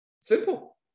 Simple